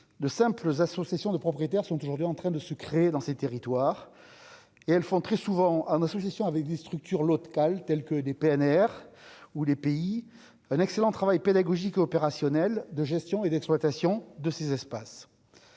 de simples associations de propriétaires sont aujourd'hui en train de se créer dans ces territoires et elles font très souvent à ma suggestion avec des structures locales, telles que des PNR ou les pays un excellent travail pédagogique opérationnel de gestion et d'exploitation de ces espaces,